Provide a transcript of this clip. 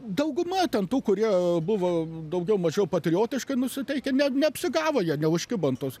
dauguma ten tų kurie buvo daugiau mažiau patriotiškai nusiteikę ne neapsigavo jie neužkibo ant tos